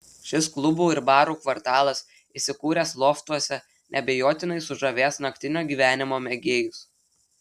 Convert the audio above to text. šis klubų ir barų kvartalas įsikūręs loftuose neabejotinai sužavės naktinio gyvenimo mėgėjus